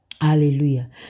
Hallelujah